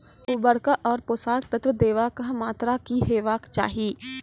उर्वरक आर पोसक तत्व देवाक मात्राकी हेवाक चाही?